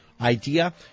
idea